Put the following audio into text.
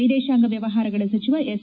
ವಿದೇಶಾಂಗ ವ್ಲವಹಾರಗಳ ಸಚಿವ ಎಸ್